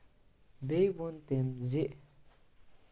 بیٚیہِ ووٚن تٔمۍ زِ